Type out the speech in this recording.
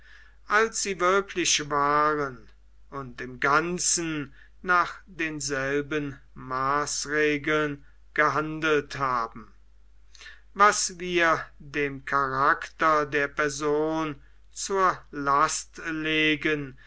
als sie wirklich waren und im ganzen nach denselben maßregeln gehandelt haben was wir dem charakter der person zur last legen